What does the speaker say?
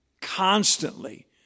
Constantly